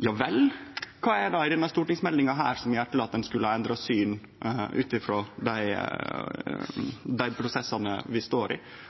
Ja vel, kva er det ved denne stortingsmeldinga som gjer at ein skulle ha endra syn ut frå dei